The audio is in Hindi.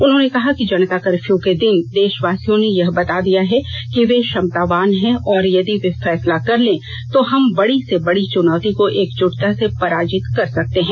उन्होंने कहा कि जनता कफर्यू के दिन देशवासियों ने यह बता दिया है कि वे क्षमतावान हैं और यदि वे फैसला कर ले तो हम बड़ी से बड़ी चुनौती को एकजुटता से पराजीत कर सकते हैं